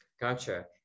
Gotcha